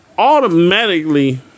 Automatically